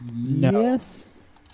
Yes